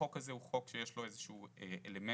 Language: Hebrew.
החוק הזה הוא חוק שיש לו איזה שהוא אלמנט